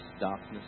darkness